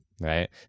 Right